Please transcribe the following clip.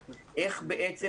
כמובן,